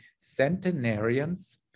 centenarians